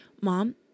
Mom